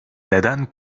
neden